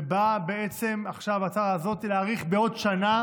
ובאה בעצם עכשיו ההצעה הזאת להאריך בעוד שנה